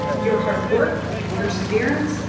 your hard work, perseverance,